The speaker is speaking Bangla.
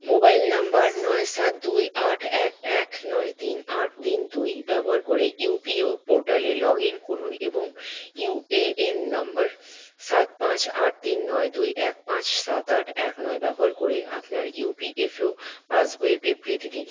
মোবাইল নাম্বার নয় সাত দুই আট এক এক নয় তিন আট তিন দুই ব্যবহার করে ইউপিও পোর্টালে লগইন করুন এবং ইউএএন নম্বর সাত পাঁচ আট তিন নয় দুই এক পাঁচ সাত আট এক নয় ব্যবহার করে আপনার ইউপিএফও পাসবইয়ের বিবৃতি দিন